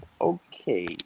okay